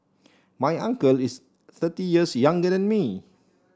my uncle is thirty years younger than me